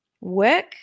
Work